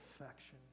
affection